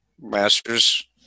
Masters